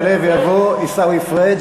יעלה ויבוא עיסאווי פריג',